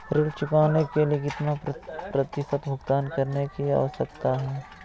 ऋण चुकाने के लिए कितना प्रतिशत भुगतान करने की आवश्यकता है?